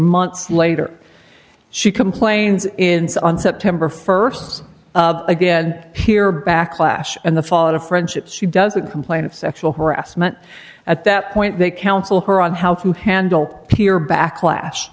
months later she complains in so on september st again here backlash and the fallout of friendship she doesn't complain of sexual harassment at that point they counsel her on how to handle peer backlash